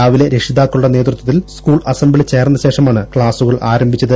രാവിലെ രക്ഷിതാക്കളുടെ നേതൃത്വത്തിൽ സ്കൂൾ അസംബ്ലി ചേർന്ന ശേഷമാണ് ക്ലാസുകൾ ആരംഭിച്ചത്